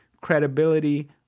credibility